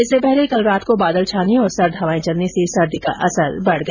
इससे पहले कल रात को बादल छाने और सर्द हवाएं चलने से सर्दी का असर बढ गया